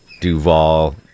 Duvall